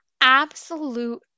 absolute